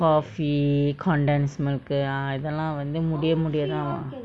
coffee condensed milk இதெல்லாம் வந்து முடிய முடிய தான்:idellam vanthu mudiya mudiya thaan